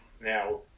Now